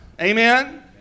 Amen